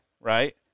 right